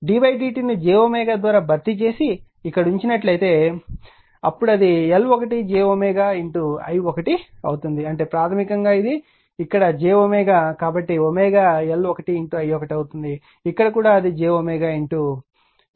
d dtను j ద్వారా భర్తీ చేసి ఇక్కడ ఉంచినట్లయితే అప్పుడు ఇది L1 j i1 అవుతుంది అంటే ప్రాథమికంగా ఇది ఇక్కడ j కాబట్టి L1 i1 అవుతుంది ఇక్కడ కూడా అది j M i2అవుతుంది